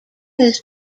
this